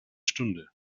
stunde